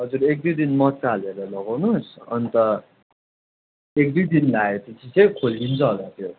हजुर एक दुई दिन मोजा हालेर लगाउनुहोस् अन्त एक दुई दिन लगाए पछि चाहिँ खोलिन्छ होला त्यो